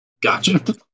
Gotcha